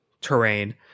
terrain